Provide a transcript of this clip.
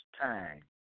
time